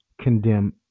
condemn